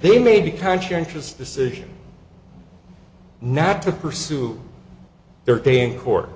they may be conscientious decision not to pursue their day in court